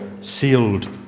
sealed